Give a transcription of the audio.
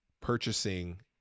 purchasing